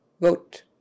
vote